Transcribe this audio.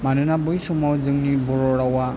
मानोना बै समाव जोंनि बर' रावा